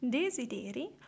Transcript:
desideri